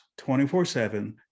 24-7